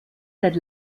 seit